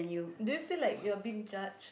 do you feel like you are being judged